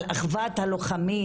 על אחוות הלוחמים